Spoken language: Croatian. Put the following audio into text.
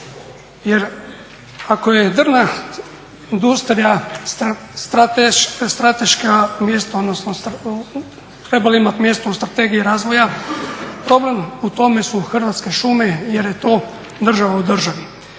jer ako je drvna industrija strateška …, odnosno trebala imati mjesto u strategiji razvoja, problem u tome su Hrvatska šume jer je to državna u državi.